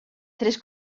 tres